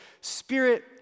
spirit